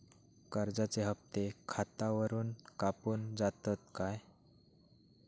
कर्जाचे हप्ते खातावरून कापून जातत काय?